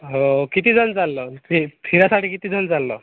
हो कितीजण चाललं फी फिरासाठी कितीजण चाललो